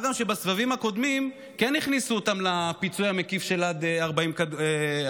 מה גם שבסבבים הקודמים כן הכניסו אותן לפיצוי המקיף של עד 40 קילומטר,